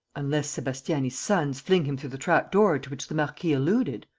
unless sebastiani's sons fling him through the trapdoor to which the marquis alluded.